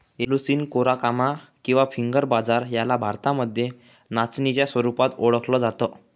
Eleusine coracana किंवा finger बाजरा याला भारतामध्ये नाचणीच्या स्वरूपात ओळखल जात